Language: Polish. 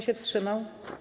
się wstrzymał?